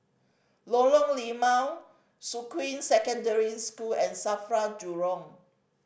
Lorong Limau Shuqun Secondary School and SAFRA Jurong